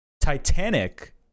Titanic